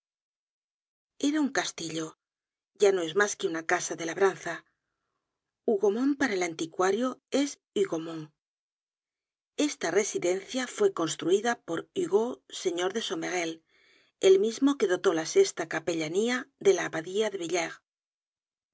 era un castillo ya no es masque una casa de labranza hougomont para el anticuario es hugomons esta residencia fue construida por hugo señor de somerel el mismo que dotó la sesta capellanía de la